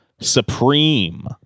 Supreme